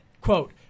Quote